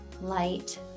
light